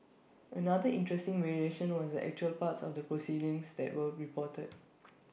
another interesting variation was the actual parts of the proceedings that were reported